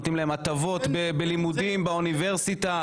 נותנים להם הטבות בלימודים, באוניברסיטה.